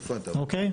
אוקיי?